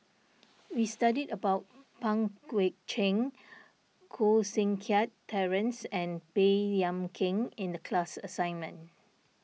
we studied about Pang Guek Cheng Koh Seng Kiat Terence and Baey Yam Keng in the class assignment